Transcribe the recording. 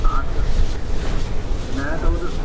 हा त न त हू त